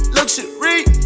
Luxury